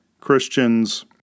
Christian's